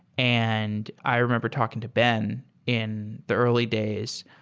and i remember talking to ben in the early days.